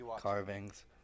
carvings